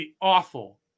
awful